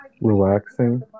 relaxing